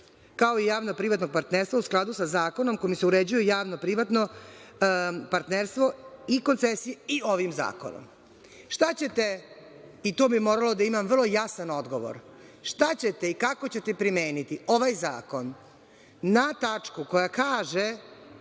kao i javno-privatno partnerstvo, u skladu sa zakonom kojim se uređuje javno-privatno partnerstvo i ovim zakonom. Šta ćete, i to bi moralo da imam vrlo jasan odgovor, i kako ćete primeniti ovaj zakon na tačku koja kaže